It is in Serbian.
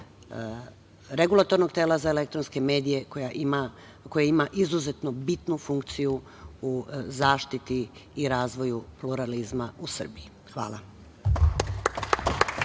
Regulatornog tela za elektronske medije, koja ima izuzetno bitnu funkciju u zaštiti i razvoju pluralizma u Srbiji. Hvala.